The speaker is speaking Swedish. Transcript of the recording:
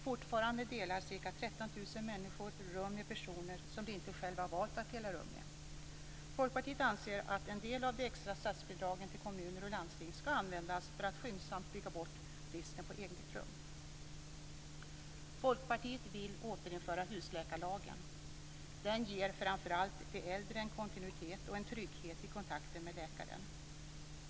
Fortfarande delar ca 13 000 människor rum med personer som de själva inte valt att dela rum med. Folkpartiet anser att en del av de extra statsbidragen till kommuner och landsting skall användas för att skyndsamt bygga bort bristen på eget rum. Folkpartiet vill återinföra husläkarlagen. Den ger framför allt de äldre en kontinuitet och en trygghet i kontakten med läkaren.